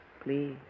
please